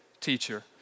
teacher